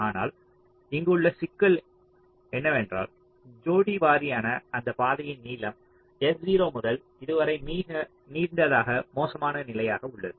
ஆனால் இங்குள்ள சிக்கல் என்னவென்றால் ஜோடி வாரியான அந்த பாதையின் நீளம் S0 முதல் இதுவரை மிக நீண்டதாக மோசமான நிலையாக உள்ளது